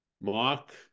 Mark